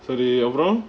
so the overall